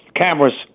cameras